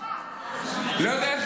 לא יודע,